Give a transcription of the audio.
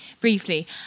briefly